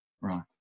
Right